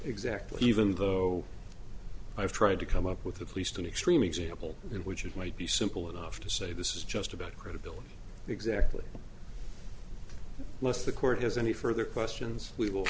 exactly even though i've tried to come up with at least an extreme example in which it might be simple enough to say this is just about credibility exactly unless the court has any further questions we will